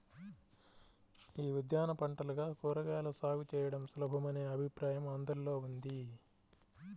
యీ ఉద్యాన పంటలుగా కూరగాయల సాగు చేయడం సులభమనే అభిప్రాయం అందరిలో ఉంది